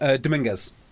Dominguez